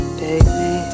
baby